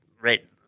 right